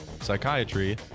psychiatry